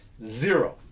Zero